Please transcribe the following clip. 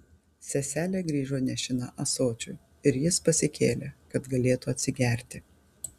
seselė grįžo nešina ąsočiu ir jis pasikėlė kad galėtų atsigerti